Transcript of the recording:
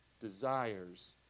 desires